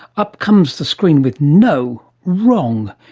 up comes the screen with no, wrong',